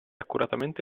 accuratamente